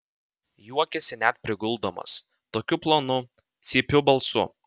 juokėsi net priguldamas tokiu plonu cypiu balsu